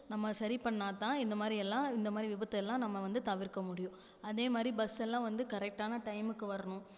நம்ம சரி பண்ணால்தான் இந்த மாதிரியெல்லாம் இந்த மாதிரி விபத்து எல்லாம் நம்ம வந்து தவிர்க்க முடியும் அதே மாதிரி பஸ் எல்லாம் வந்து கரெக்டான டைமுக்கு வரணும்